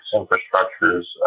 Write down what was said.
infrastructure's